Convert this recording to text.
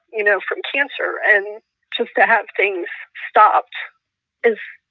you know, from cancer. and just to have things stop is